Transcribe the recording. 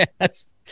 Yes